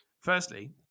firstly